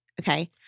Okay